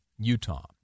Utah